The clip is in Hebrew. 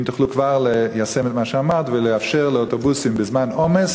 אם תוכלו ליישם כבר את מה שאמרת ולאפשר לאוטובוסים בזמן עומס